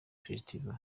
festival